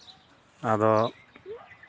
ᱟᱫᱚ